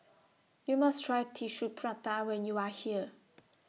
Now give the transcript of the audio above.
YOU must Try Tissue Prata when YOU Are here